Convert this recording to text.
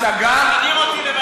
הזמינו אותי לוועדה.